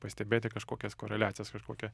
pastebėti kažkokias koreliacijas kažkokią